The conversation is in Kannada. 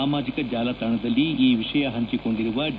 ಸಾಮಾಜಿಕ ಜಾಲತಾಣದಲ್ಲಿ ಈ ವಿಷಯ ಪಂಚಿಕೊಂಡಿರುವ ಡಿ